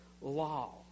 law